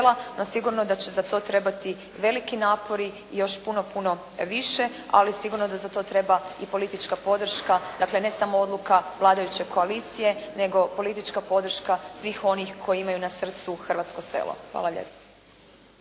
no sigurno da će za to trebati veliki napori i još puno, puno više, ali sigurno da za to treba i politička podrška, dakle ne samo odluka vladajuće koalicije, nego politička podrška svih onih koji imaju na srcu hrvatsko selo. Hvala lijepo.